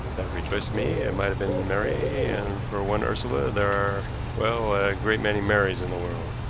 that rejoiced me it might have been mary, and for one ursula there are well, a great many marys in the world.